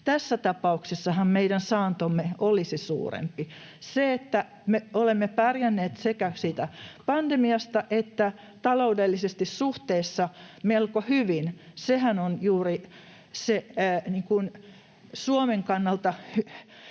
Tässä tapauksessahan meidän saantomme olisi suurempi. Sehän, että me olemme pärjänneet sekä pandemiassa että taloudellisesti suhteessa melko hyvin, on juuri se Suomen kannalta